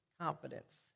confidence